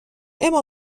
اما